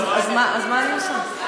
אז מה שאני עושה?